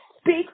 speak